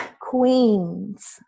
queens